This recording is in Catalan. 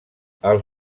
els